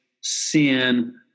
sin